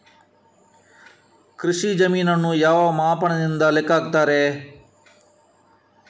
ಕೃಷಿ ಜಮೀನನ್ನು ಯಾವ ಮಾಪನದಿಂದ ಲೆಕ್ಕ ಹಾಕ್ತರೆ?